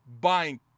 buying